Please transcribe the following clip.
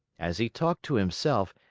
as he talked to himself,